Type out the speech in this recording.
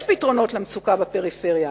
יש פתרונות למצוקה בפריפריה,